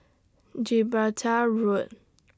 Gibraltar Road